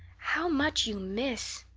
how much you miss!